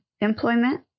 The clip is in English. employment